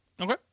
Okay